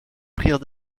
prirent